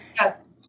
Yes